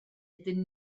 ydyn